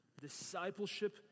Discipleship